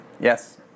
Yes